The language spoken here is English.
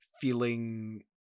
feeling